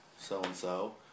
so-and-so